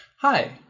Hi